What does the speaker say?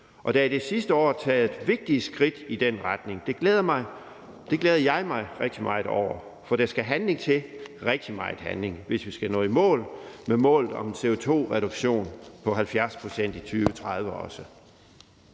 og der er i det sidste år taget vigtige skridt i den retning. Det glæder jeg mig rigtig meget over, for der skal handling til, rigtig meget handling, også hvis vi skal nå i mål med målet om en CO2-reduktion på 70 pct. i 2030.